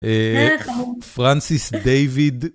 אה... - אה! חמוד! חח - פרנסיס דיוויד...